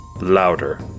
louder